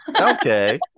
Okay